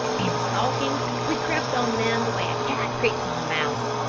in stalking, we crept on them the way a cat creeps on a mouse.